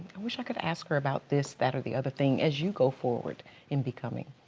wish i could ask her about this, that or the other thing as you go forward in becoming?